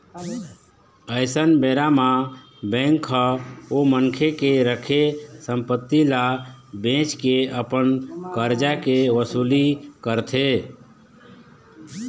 अइसन बेरा म बेंक ह ओ मनखे के रखे संपत्ति ल बेंच के अपन करजा के वसूली करथे